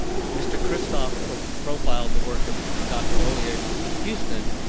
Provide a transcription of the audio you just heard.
mr. kristof profiled the work of dr. hollier from houston,